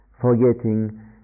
Forgetting